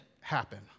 happen